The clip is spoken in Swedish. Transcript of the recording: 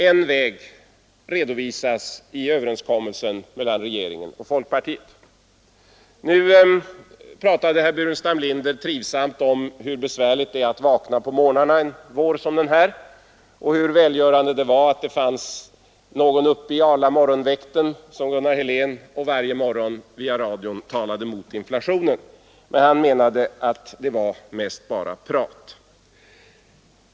En väg redovisas i överenskommelsen mellan regeringen och folkpartiet. Herr Burenstam Linder talade trivsamt om hur besvärligt det är att vakna på morgnarna en vår som denna och hur välgörande det var att det fanns någon uppe i arla morgonväkten, såsom Gunnar Helén, för att varje morgon via radion tala mot inflationen. Han menade att det var mest bara prat.